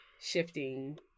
shifting